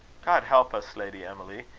god help us, lady emily!